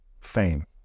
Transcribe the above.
fame